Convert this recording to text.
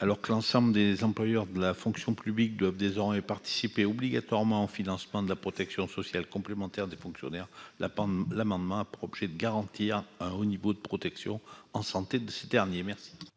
Alors que l'ensemble des employeurs de la fonction publique doivent désormais obligatoirement participer au financement de la protection sociale complémentaire des fonctionnaires, l'amendement a pour objet de garantir un haut niveau de protection en santé de ces derniers. Il